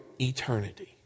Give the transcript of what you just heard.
eternity